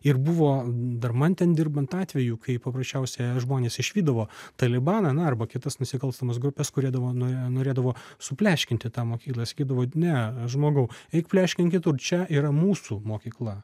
ir buvo dar man ten dirbant atvejų kai paprasčiausia žmonės išvydavo talibaną na arba kitas nusikalstamas grupes kurie na norėdavo supleškinti tą mokyklą sakydavo ne žmogau eik pleškink kitur čia yra mūsų mokykla